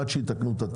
עד שיתקנו את התב"ע.